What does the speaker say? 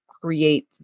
create